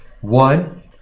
One